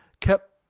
kept